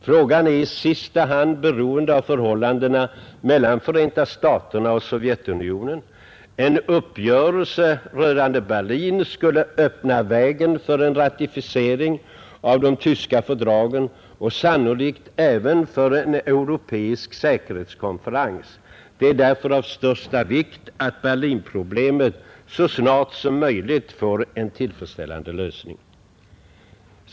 Frågan är i sista hand beroende av förhållandet mellan Förenta staterna och Sovjetunionen. En uppgörelse rörande Berlin skulle öppna vägen för en ratificering av de tyska fördragen och sannolikt även för en europeisk säkerhetskonferens. Det är därför av största vikt att Berlinproblemet så snart som möjligt får en tillfredsställande lösning.